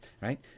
right